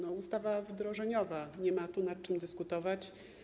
To ustawa wdrożeniowa, nie ma tu nad czym dyskutować.